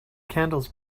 candles